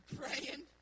praying